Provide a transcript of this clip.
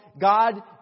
God